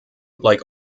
like